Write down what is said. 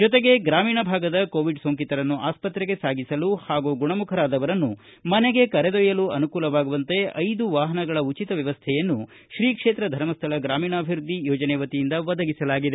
ಜೊತೆಗೆ ಗ್ರಾಮೀಣ ಭಾಗದ ಕೋವಿಡ್ ಸೋಂಕಿತರನ್ನು ಆಸ್ಪತ್ರೆಗೆ ಸಾಗಿಸಲು ಹಾಗೂ ಗುಣಮುಖರಾದವರನ್ನು ಮನೆಗೆ ಕರದೋಯ್ಕಲು ಅನುಕೂಲವಾಗುವಂತೆ ಐದು ವಾಹನಗಳ ಉಚಿತ ವ್ಯವಸ್ಥೆಯನ್ನು ಶ್ರೀ ಕ್ಷೇತ್ರ ಧರ್ಮಸ್ಥಳ ಗ್ರಾಮೀಣಾಭಿವೃದ್ಧಿ ಯೋಜನೆ ವತಿಯಿಂದ ಒದಗಿಸಲಾಗಿದೆ